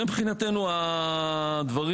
זה מבחינתנו הדברים.